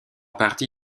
partie